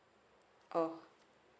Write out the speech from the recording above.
oh